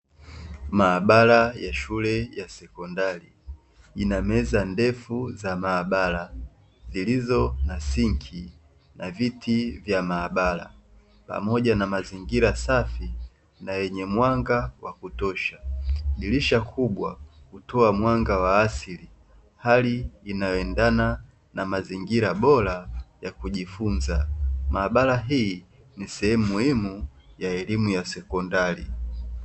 Maabara ya shule ya sekondari ina meza ndefu za maabara zilizo na sinki na viti vya maabara pamoja na mazingira safi na yenye mwanga wa kutosha, dirisha kubwa hutoa mwanga wa asili hali inayoendana na mazingira bora ya kujifunza, maabara hii ni sehemu muhimu ya elimu ya sekondari.